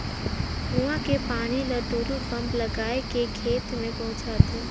कुआं के पानी ल टूलू पंप लगाय के खेत में पहुँचाथे